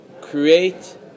create